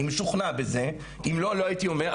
אני משוכנע בזה ואם לא, לא הייתי אומר.